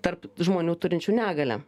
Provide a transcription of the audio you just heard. tarp žmonių turinčių negalią